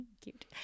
Cute